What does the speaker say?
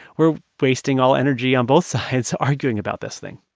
we're wasting all energy on both sides arguing about this thing